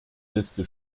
liste